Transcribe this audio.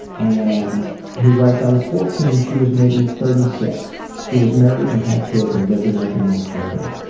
and he writes, i was fourteen and she was maybe thirty six. she was married and had kids and lived in our general area.